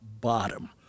bottom